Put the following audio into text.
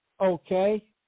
Okay